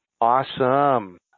Awesome